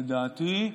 לדעתי,